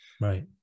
right